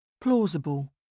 Plausible